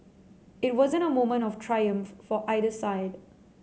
it wasn't a moment of triumph for either side